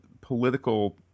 political